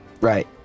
right